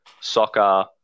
soccer